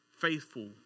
faithful